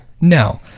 No